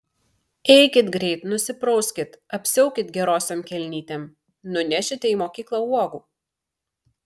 eikit greit nusiprauskit apsiaukit gerosiom kelnytėm nunešite į mokyklą uogų